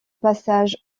passage